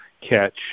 catch